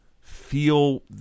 feel